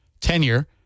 tenure